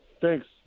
Thanks